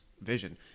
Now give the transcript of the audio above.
Vision